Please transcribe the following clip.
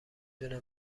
دونه